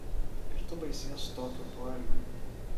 ir tu baisies tokiu poelgiu